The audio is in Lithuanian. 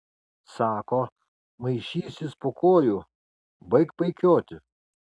sako maišysis po kojų baik paikioti